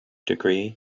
degree